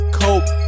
cope